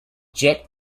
jet